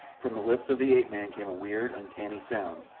from the lips of the ape-man came a weird, uncanny sound,